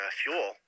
fuel